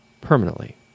permanently